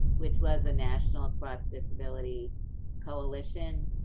which was a national across-disability coalition,